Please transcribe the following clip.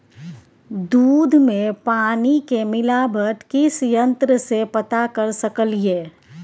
दूध में पानी के मिलावट किस यंत्र से पता कर सकलिए?